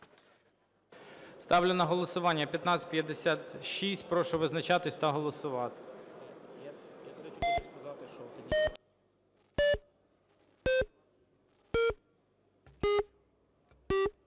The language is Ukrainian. Ставлю на голосування 1559. Прошу визначатись та голосувати.